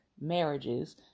marriages